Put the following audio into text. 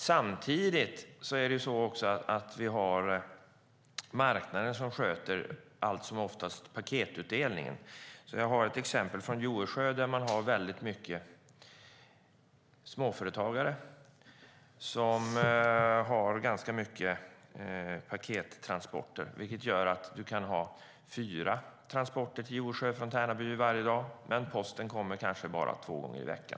Samtidigt har vi dem på marknaden som allt som oftast sköter paketutdelningen. Jag har ett exempel från Joesjö, där man har många småföretagare som har ganska mycket pakettransporter. Det kan vara fyra transporter till Joesjö från Tärnaby varje dag. Men posten kommer kanske bara två gånger i veckan.